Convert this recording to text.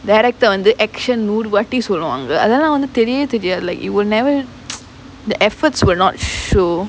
director வந்து:vanthu action நூறுவாட்டி சொல்லுவாங்க அதெல்லாம் வந்து தெரியவே தெரியாது:nooruvatti solluvaanga athellaam theriyavae theriyaathu like it will never the efforts will not show